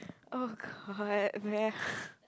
oh god